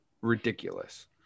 ridiculous